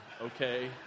Okay